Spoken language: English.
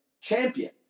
champion